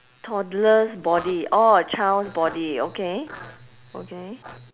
toddler's body orh child's body okay okay